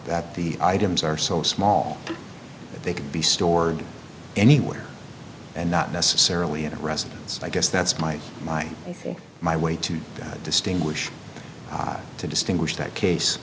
that the items are so small that they could be stored anywhere and not necessarily in a residence i guess that's my my i think my way to distinguish to distinguish that case